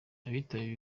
abitabiriye